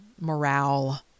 morale